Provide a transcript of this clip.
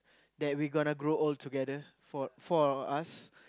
that we gonna grow old together four four of us